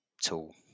tool